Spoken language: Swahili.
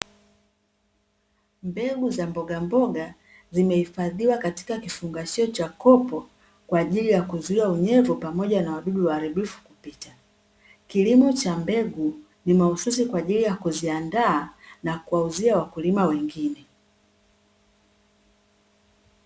Mbegu za mbogamboga, zimehifadhiwa katika kifungashio cha kopo kwa ajili ya kuzuia unyevu pamoja na wadudu waharibifu kupita. Kilimo cha mbegu ni mahususi kwa ajili ya kuziandaa na kuwauzia wakulima wengine.